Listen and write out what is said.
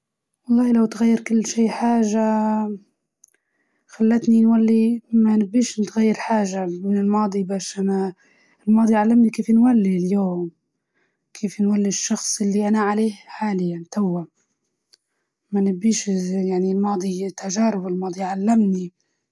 ما نغير شيء، كل حاجة خلتني نولي الشخص اللي أنا عليه توا، فما نظني في حاجة في الماضي نبي نغيرها.